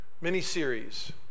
Mini-series